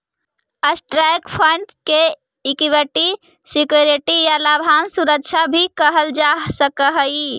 stock fund के equity security या लाभांश सुरक्षा भी कहल जा सकऽ हई